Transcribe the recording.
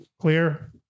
clear